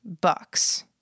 bucks